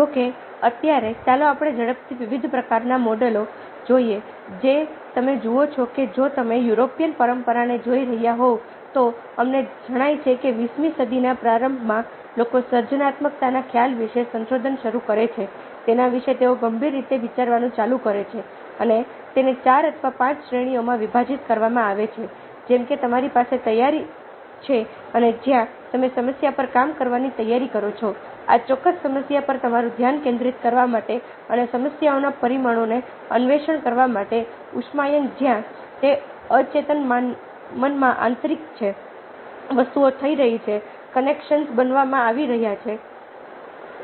જો કે અત્યારે ચાલો આપણે ઝડપથી વિવિધ પ્રકારના મોડેલો જોઈએ જે તમે જુઓ છો કે જો તમે યુરોપિયન પરંપરાને જોઈ રહ્યા હોવ તો અમને જણાય છે કે 20મી સદીના પ્રારંભમાં લોકો સર્જનાત્મકતાના ખ્યાલ વિશે સંશોધનો શરૂ કરે છેતેના વિશે તેઓ ગંભીર રીતે વિચારવાનું ચાલુ કરે છે અને તેને 4 અથવા 5 શ્રેણીઓમાં વિભાજિત કરવામાં આવે છે જેમ કે તમારી પાસે તૈયારી છે અને જ્યાં તમે સમસ્યા પર કામ કરવાની તૈયારી કરો છો આ ચોક્કસ સમસ્યા પર તમારું ધ્યાન કેન્દ્રિત કરવા માટે અને સમસ્યાઓના પરિમાણોને અન્વેષણ કરવા માટે ઉષ્માયન જ્યાં તે અચેતન મનમાં આંતરિક છે વસ્તુઓ થઈ રહી છે કનેક્શન્સ બનાવવામાં આવી રહ્યા છે